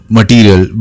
material